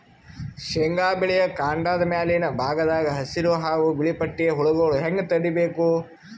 ಶೇಂಗಾ ಬೆಳೆಯ ಕಾಂಡದ ಮ್ಯಾಲಿನ ಭಾಗದಾಗ ಹಸಿರು ಹಾಗೂ ಬಿಳಿಪಟ್ಟಿಯ ಹುಳುಗಳು ಹ್ಯಾಂಗ್ ತಡೀಬೇಕು?